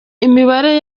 imibare